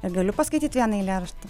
ir galiu paskaityt vieną eilėraštį